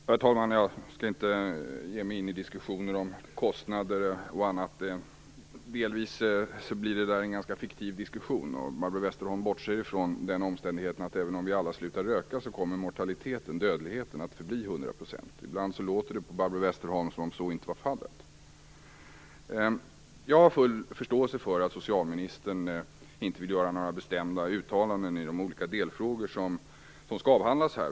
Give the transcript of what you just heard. Herr talman! Jag skall inte ge mig in i diskussioner om kostnader och annat. Det blir en ganska fiktiv diskussion om Barbro Westerholm bortser från den omständigheten att mortaliteten, dödligheten, förblir hundra procent även om vi alla slutar röka. Ibland låter det på Barbro Westerholm som om så inte vore fallet. Jag har full förståelse för att socialministern inte vill komma med några bestämda uttalanden kring de olika delfrågor som skall avhandlas.